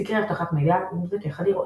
סקרי אבטחת מידע ומבדקי חדירות.